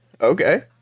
Okay